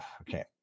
Okay